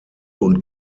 und